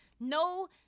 no